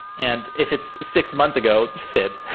and if it's six months ago, fib.